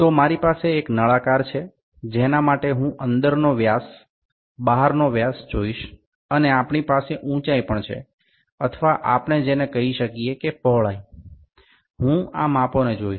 તો મારી પાસે એક નળાકાર છે જેના માટે હું તેનો અંદરનો વ્યાસ બહારનો વ્યાસ જોઇશ અને આપણી પાસે ઊંચાઈ પણ છે અથવા આપણે જેને કહી શકીએ કે પહોળાઈ હું આ માપોને જોઇશ